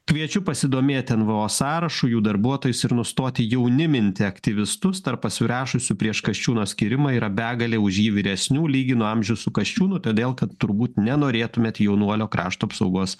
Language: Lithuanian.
kviečiu pasidomėti nvo sąrašu jų darbuotojais ir nustoti jauniminti aktyvistus tarp pasirašiusių prieš kasčiūno skyrimą yra begalė už jį vyresnių lygino amžius su kasčiūnu todėl kad turbūt nenorėtumėte jaunuolio krašto apsaugos